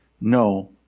No